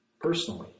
personally